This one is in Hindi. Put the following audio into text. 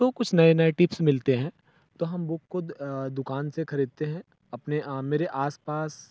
तो कुछ नए नए टिप्स मिलते हैं तो हम बुक को दुकान से ख़रीदते हैं अपने आप मेरे आस पास